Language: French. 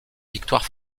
victoire